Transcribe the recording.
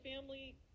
family